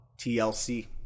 tlc